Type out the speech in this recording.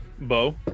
Bo